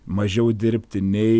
mažiau dirbti nei